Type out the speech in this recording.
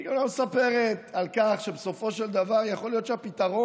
והיא גם לא מספרת על כך שבסופו של דבר יכול להיות שהפתרון,